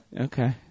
Okay